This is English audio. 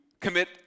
commit